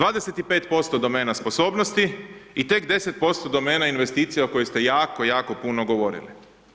25% domena sposobnosti i tek 10% domena investicija o kojoj ste jako, jako puno govorili.